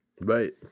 Right